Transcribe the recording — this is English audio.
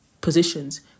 positions